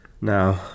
now